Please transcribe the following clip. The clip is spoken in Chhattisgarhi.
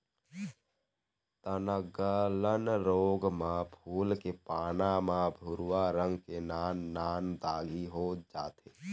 तनगलन रोग म फूल के पाना म भूरवा रंग के नान नान दागी हो जाथे